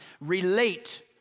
relate